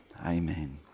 amen